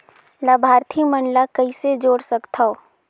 लाभार्थी मन ल कइसे जोड़ सकथव?